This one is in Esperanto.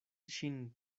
ŝin